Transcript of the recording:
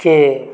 के